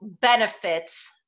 benefits